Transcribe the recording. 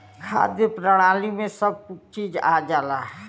खाद्य प्रणाली में सब चीज आ जाला